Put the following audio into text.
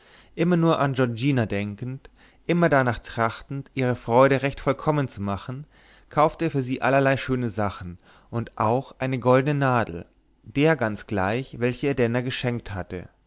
immer nur an giorgina denkend immer darnach trachtend ihre freude recht vollkommen zu machen kaufte er für sie allerlei schöne sachen und auch eine goldene nadel der ganz gleich welche ihr denner geschenkt hatte